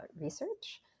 research